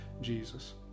Jesus